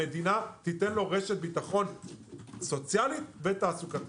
המדינה תיתן לו רשת ביטחון סוציאלית ותעסוקתית.